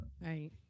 Right